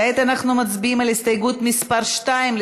כעת אנחנו מצביעים על הסתייגות מס' 2,